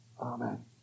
Amen